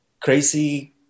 crazy